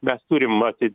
mes turim matyt